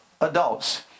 adults